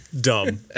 Dumb